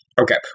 okay